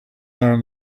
learn